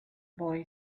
boy